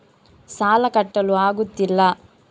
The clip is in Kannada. ಸಾಲ ಕಟ್ಟಲು ಆಗುತ್ತಿಲ್ಲ